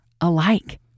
alike